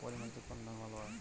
পলিমাটিতে কোন ধান ভালো হয়?